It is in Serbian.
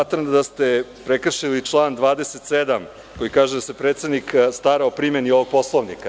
Smatram da ste prekršili član 27. koji kaže da se predsednik stara o primeni ovog Poslovnika.